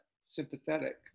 sympathetic